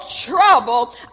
trouble